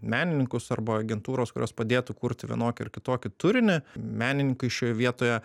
menininkus arba agentūros kurios padėtų kurti vienokį ar kitokį turinį menininkai šioje vietoje